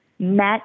met